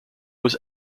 was